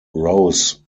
rose